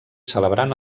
celebrant